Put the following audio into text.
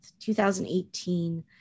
2018